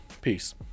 Peace